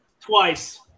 Twice